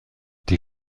die